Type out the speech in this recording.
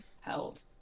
held